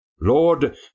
Lord